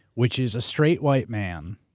which is a straight white man,